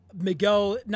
Miguel